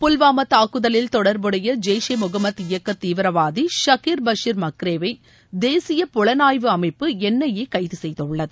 புல்வாமா தாக்குதலில் தொடர்புடைய ஜெய்ஷே முகமது இயக்க தீவிரவாதி ஷக்கீர் பஷிர் மக்ரே வை தேசிய புலனாய்வு அமைப்பு என்ஐஏ கைது செய்துள்ளது